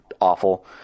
awful